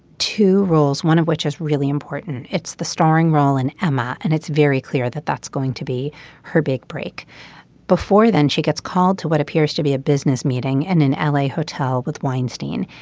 two roles one of which is really important. it's the starring role in emma. and it's very clear that that's going to be her big break before then she gets called to what appears to be a business meeting in and an l a. hotel with weinstein.